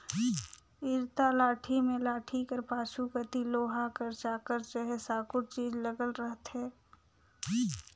इरता लाठी मे लाठी कर पाछू कती लोहा कर चाकर चहे साकुर चीज लगल रहथे